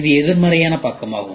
இது எதிர்மறையான பக்கமாகும்